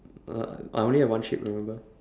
uh I only have one sheep remember